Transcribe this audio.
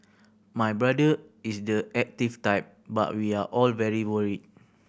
my brother is the active type but we are all very worried